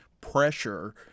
pressure